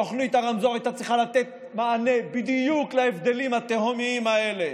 תוכנית הרמזור הייתה צריכה לתת מענה בדיוק להבדלים התהומיים האלה,